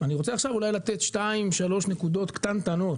אני רוצה אולי עכשיו לתת שתיים-שלוש נקודות קטנטנות.